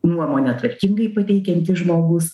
nuomonę tvarkingai pateikiantis žmogus